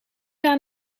aan